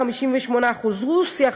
58%; רוסיה,